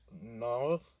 No